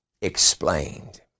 explained